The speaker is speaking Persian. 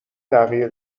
تغییر